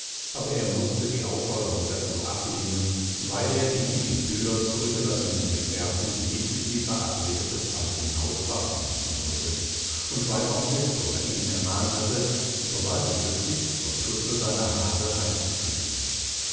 aber er mußte die aufforderung dazu ablehnen weil er die in pylos zurückgelassenen gefährten nicht über die verabredete zeit hinaus warten lassen wollte und weil auch nestor ihn ermahnt hatte sobald möglich zum schutze seiner habe heimzukehren